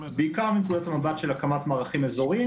בעיקר מנקודת המבט של הקמת מערכים אזוריים